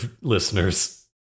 listeners